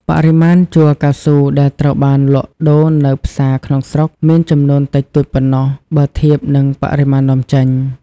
បរិមាណជ័រកៅស៊ូដែលត្រូវបានលក់ដូរនៅផ្សារក្នុងស្រុកមានចំនួនតិចតួចប៉ុណ្ណោះ បើធៀបនឹងបរិមាណនាំចេញ។